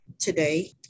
Today